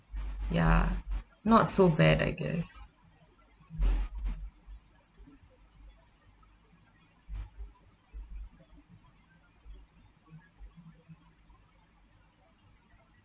ya not so bad I guess